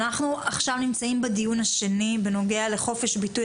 אנחנו עכשיו נמצאים בדיון השני בנוגע לחופש ביטוי,